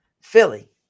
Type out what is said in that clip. Philly